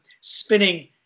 spinning